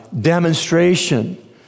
demonstration